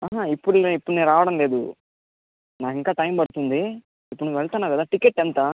ఆహా ఇపుడు నేను ఇపుడు నేను రావడం లేదు నాకింకా టైం పడుతుంది ఇప్పుడు నువ్వు వెళ్తున్నావు కదా టికెట్ ఎంత